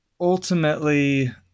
ultimately